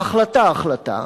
ההחלטה החלטה,